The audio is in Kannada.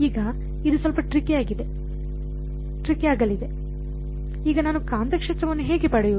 ಈಗ ಇದು ಸ್ವಲ್ಪ ಟ್ರಿಕಿ ಆಗಲಿದೆ ಈಗ ನಾನು ಕಾಂತಕ್ಷೇತ್ರವನ್ನು ಹೇಗೆ ಪಡೆಯುವುದು